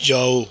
ਜਾਓ